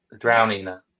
drowning